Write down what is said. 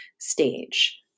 stage